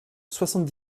soixante